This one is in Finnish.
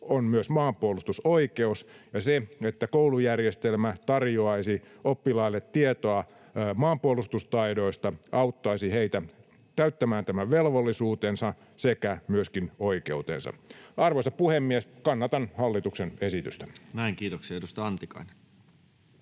on myös maanpuolustusoikeus, ja se, että koulujärjestelmä tarjoaisi oppilaille tietoa maanpuolustustaidoista, auttaisi heitä täyttämään tämän velvollisuutensa sekä myöskin oikeutensa. Arvoisa puhemies! Kannatan hallituksen esitystä. [Speech 133] Speaker: Toinen